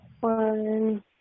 one